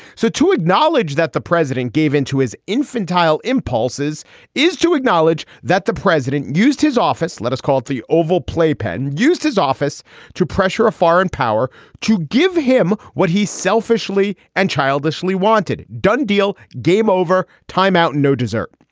so to acknowledge that the president gave in to his infantile impulses is to acknowledge that the president used his office. let us call it the oval playpen, used his office to pressure a foreign power to give him what he selfishly and childishly wanted done. deal. game over. time out. no dessert.